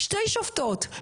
שתי שופטות,